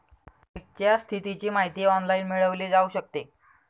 चेकच्या स्थितीची माहिती ऑनलाइन मिळवली जाऊ शकते